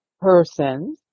person